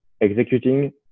executing